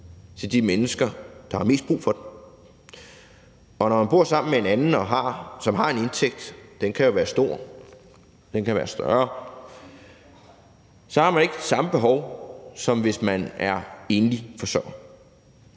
til de mennesker, der har mest brug for det. Og når man bor sammen med en anden, som har en indtægt – den kan være stor, den kan være større – så har man ikke samme behov, som hvis man er enlig forsørger.